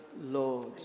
Lord